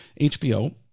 HBO